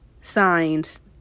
signs